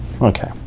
Okay